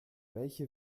welche